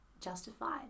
justified